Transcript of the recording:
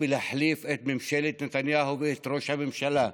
להחליף את ממשלת נתניהו ואת ראש הממשלה?